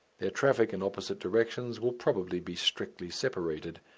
their traffic in opposite directions will probably be strictly separated,